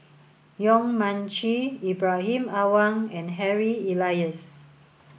Yong Mun Chee Ibrahim Awang and Harry Elias